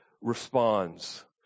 responds